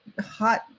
hot